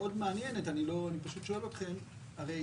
שמאוד מעניינת, אני פשוט שואל אתכם, הרי